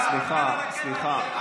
סליחה,